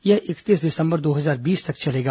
यह इकतीस दिसंबर दो हजार बीस तक चलेगा